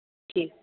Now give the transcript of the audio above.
ठीकु